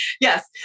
Yes